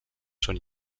són